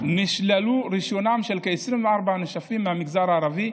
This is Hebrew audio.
נשללו רישיונם של כ-24 נש"פים מהמגזר הערבי.